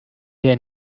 der